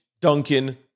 Duncan